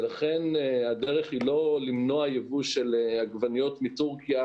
לכן הדרך היא לא למנוע יבוא של עגבניות מתורכיה